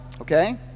Okay